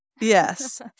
yes